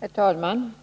Herr talman!